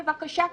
בבקשה,